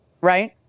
right